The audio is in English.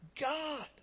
God